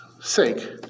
sake